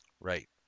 Right